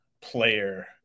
player